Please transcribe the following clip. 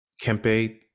Kempe